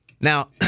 Now